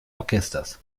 orchesters